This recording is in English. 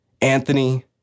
Anthony